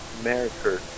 America